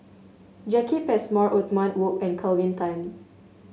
Jacki Passmore Othman Wok and Kelvin Tan